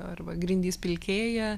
arba grindys pilkėja